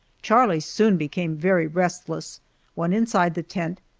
charlie soon became very restless went inside the tent,